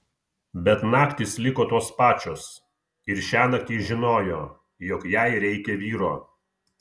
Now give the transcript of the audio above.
bet naktys liko tos pačios ir šiąnakt ji žinojo jog jai reikia vyro